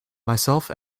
myself